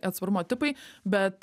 atsparumo tipai bet